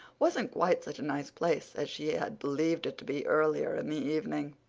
wasn't quite such a nice place as she had believed it to be earlier in the evening.